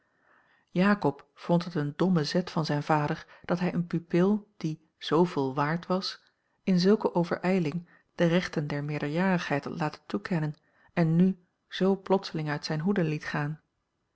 jakob vond het een domnien zet van zijn vader dat hij eene pupil die zooveel waard was in zulke overijling de rechten der meerderjarigheid had laten toekennen en nu zoo plotseling uit zijne hoede liet gaan